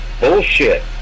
Bullshit